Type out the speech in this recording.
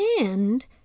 And